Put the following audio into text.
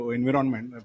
environment